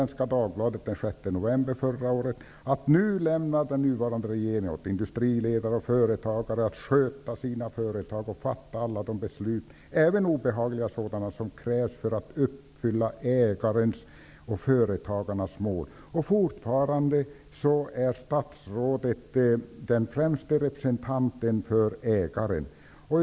november förra året att nu lämnar den nuvarande regeringen åt industriledare och företagare att sköta sina företag och fatta alla de beslut, även obehagliga sådana, som krävs för att uppfylla ägarens och företagarnas mål. Fortfarande är statsrådet den främste representanten för ägaren.